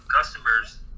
customers